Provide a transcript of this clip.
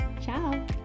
Ciao